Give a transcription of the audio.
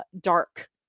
dark